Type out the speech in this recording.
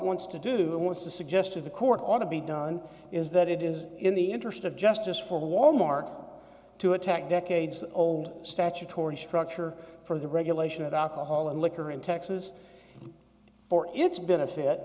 wants to do and wants to suggest to the court ought to be done is that it is in the interest of justice for wal mart to attack decades old statutory structure for the regulation of alcohol and liquor in texas for its be